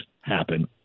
happen